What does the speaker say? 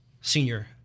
senior